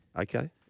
Okay